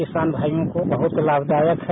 किसान भाइयों को बहुत लाभदायक है